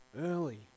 early